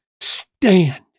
stand